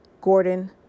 Gordon